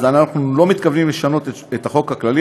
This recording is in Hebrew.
אנחנו לא מתכוונים לשנות את החוק הכללי,